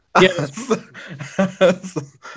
Yes